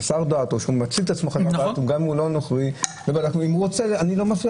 אבל אם נדרש